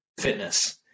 fitness